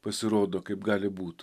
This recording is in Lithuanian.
pasirodo kaip gali būt